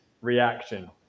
reaction